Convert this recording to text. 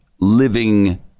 living